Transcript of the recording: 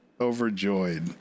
overjoyed